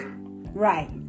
Right